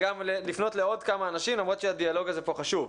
וגם לפנות לעוד כמה אנשים למרות שהדיאלוג הזה פה חשוב.